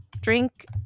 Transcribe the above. Drink